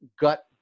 gut